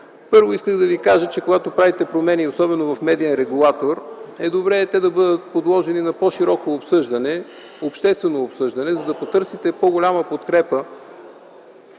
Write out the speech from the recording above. Първо, искам да ви кажа, че когато правите промени, особено в медиен регулатор, е добре да бъдат подложени на по-широко обществено обсъждане, да потърсите по-голяма подкрепа